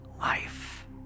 life